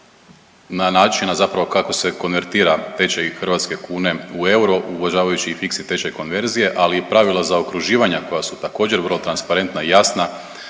na način na zapravo kako se konvertira tečaj hrvatske kune u euro uvažavajući i fiksni tečaj konverzije, ali i pravila zaokruživanja koja su također vrlo transparentna i jasna